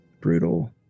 brutal